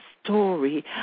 story